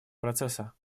процесса